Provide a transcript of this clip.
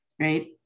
right